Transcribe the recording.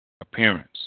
appearance